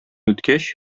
үткәч